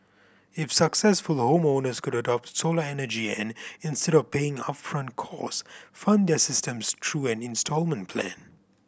if successful homeowners could adopt solar energy and instead of paying upfront cost fund their systems through an instalment plan